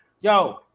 yo